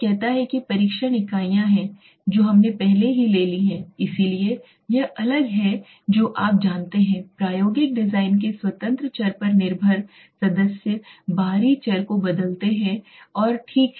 यह कहता है कि परीक्षण इकाइयाँ हैं जो हमने पहले ही ले ली हैं इसलिए यह अलग है जो आप जानते हैं प्रायोगिक डिजाइन के स्वतंत्र चर पर निर्भर सदस्य बाहरी चर को बदलते हैं चर और ठीक